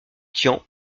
tian